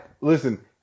listen